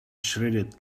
shredded